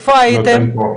איפה הייתם?